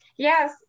Yes